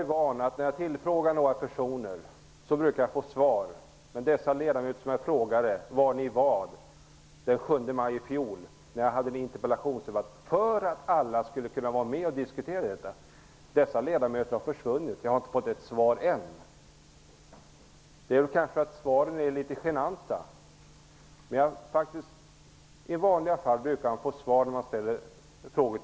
När jag tillfrågar personer brukar jag få svar. Det jag van vid. Jag frågade några ledamöter var de var den 7 maj i fjol, när jag deltog i en interpellationsdebatt. Anledningen till att jag ställde en interpellation var att alla skulle kunna vara med och diskutera. Dessa ledamöter har försvunnit. Jag har inte fått svar än. Det kanske beror på att svaren är litet genanta. I vanliga fall brukar man få svar när man ställer frågor.